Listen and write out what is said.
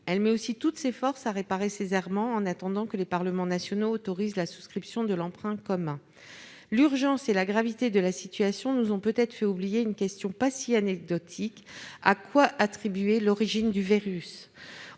Elle met aussi toutes ses forces à réparer ses errements en attendant que les parlements nationaux autorisent la souscription de l'emprunt commun. L'urgence et la gravité de la situation nous ont peut-être fait oublier une question qui n'est pas si anecdotique : à quoi attribuer l'origine du virus ?